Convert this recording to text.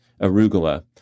arugula